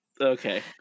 Okay